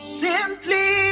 simply